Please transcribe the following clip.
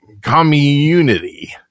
community